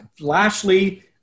Lashley